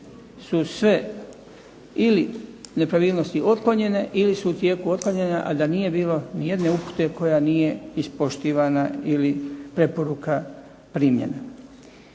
su sve ili nepravilnosti otklonjene ili su u tijeku otklanjanja i da nije bilo ni jedne upute koja nije ispoštivana ili preporuka primljena.